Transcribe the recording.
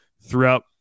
throughout